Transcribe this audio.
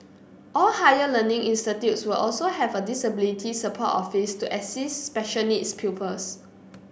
all higher learning will also have a disability support office to assist special needs pupils